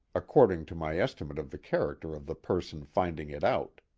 according to my estimate of the character of the person finding it out.